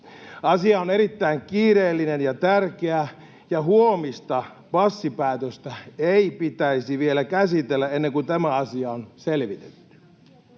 Asia on erittäin kiireellinen ja tärkeä, ja huomista passipäätöstä ei pitäisi vielä käsitellä ennen kuin tämä asia on selvitetty.